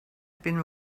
been